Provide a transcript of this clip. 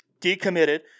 decommitted